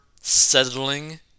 settling